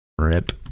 Rip